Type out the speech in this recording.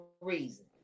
reason